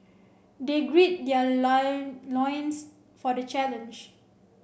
they gird their loins for the challenge